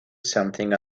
something